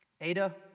Ada